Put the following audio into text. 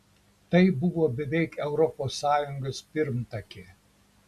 tai buvo beveik europos sąjungos pirmtakė